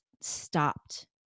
stopped